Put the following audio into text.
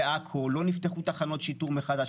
בעכו לא נפתחו תחנות שיטור מחדש.